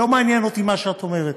לא מעניין אותי מה שאת אומרת,